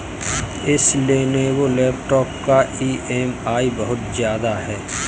इस Lenovo laptop का EMI बहुत ज्यादा है